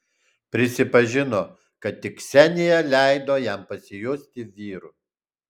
prisipažino kad tik ksenija leido jam pasijusti vyru